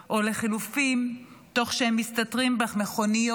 או לחלופין, תוך שהם מסתתרים במכוניות,